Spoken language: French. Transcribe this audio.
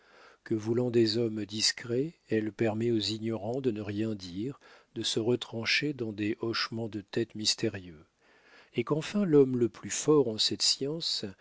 que voulant des hommes discrets elle permet aux ignorants de ne rien dire de se retrancher dans des hochements de tête mystérieux et qu'enfin l'homme le plus fort en cette science